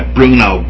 Bruno